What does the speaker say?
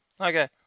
Okay